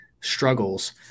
struggles